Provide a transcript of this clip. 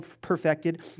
perfected